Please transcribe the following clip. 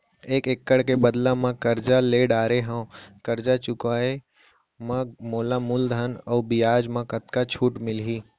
एक एक्कड़ के बदला म करजा ले डारे हव, करजा चुकाए म मोला मूलधन अऊ बियाज म कतका छूट मिलही?